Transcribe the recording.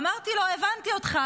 אמרתי לו: הבנתי אותך,